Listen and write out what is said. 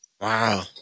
Wow